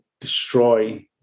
destroy